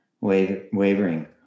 wavering